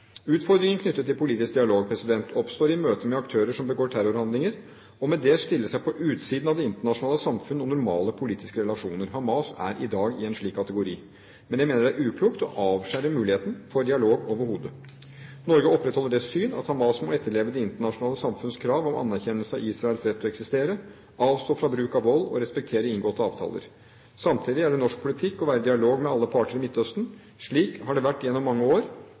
Utfordringen knyttet til politisk dialog oppstår i møte med aktører som begår terrorhandlinger og med det stiller seg på utsiden av det internasjonale samfunn og normale politiske relasjoner. Hamas er i dag i en slik kategori. Men jeg mener det er uklokt å avskjære muligheten for dialog overhodet. Norge opprettholder det syn at Hamas må etterleve det internasjonale samfunns krav om anerkjennelse av Israels rett til å eksistere, avstå fra bruk av vold og respektere inngåtte avtaler. Samtidig er det norsk politikk å være i dialog med alle parter i Midtøsten. Slik har det vært gjennom mange år.